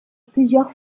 plusieurs